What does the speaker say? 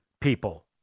people